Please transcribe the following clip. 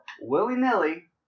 willy-nilly